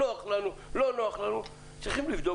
נוח לנו או לא אנחנו צריכים לבדוק